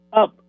up